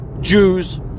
Jews